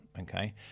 okay